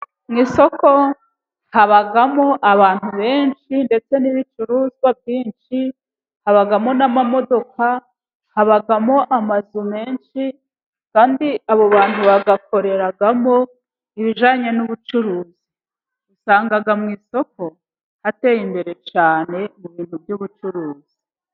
Mu isoko habamo abantu benshi, ndetse n'ibicuruzwa byinshi, habamo n'amamodoka, habamo amazu menshi, kandi abo bantu bayakoreramo ibijyanye n'ubucuruzi, usanga mu isoko ateye imbere cyane mu bintu byo'ubucuruzi.